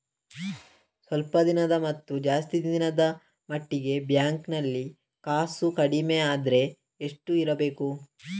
ಸ್ವಲ್ಪ ದಿನದ ಮತ್ತು ಜಾಸ್ತಿ ದಿನದ ಮಟ್ಟಿಗೆ ಬ್ಯಾಂಕ್ ನಲ್ಲಿ ಕಾಸು ಕಡಿಮೆ ಅಂದ್ರೆ ಎಷ್ಟು ಇಡಬೇಕು?